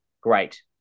great